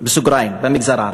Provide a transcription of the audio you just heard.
במגזר הערבי",